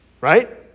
right